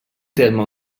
terme